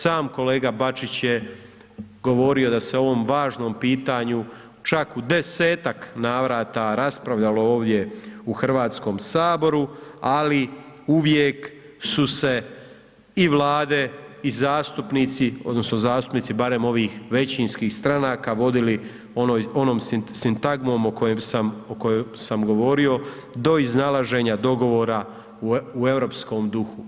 Sam kolega Bačić je govorio da se o ovom važnom pitanju čak u 10-tak navrata raspravljalo ovdje u HS-u, ali uvijek su se i Vlade i zastupnici, odnosno zastupnici ovih većinskih stranaka vodili onom sintagmom o kojoj sam govorio do iznalaženja dogovora u europskom duhu.